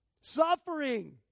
Suffering